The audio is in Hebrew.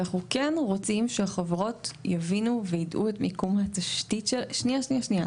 ואנחנו כן רוצים שחברות יבינו וידעו את מיקום התשתית שלהן